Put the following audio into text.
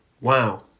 Wow